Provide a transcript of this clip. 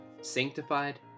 Sanctified